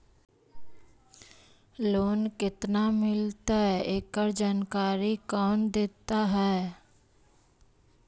Loan केत्ना मिलतई एकड़ जानकारी कौन देता है?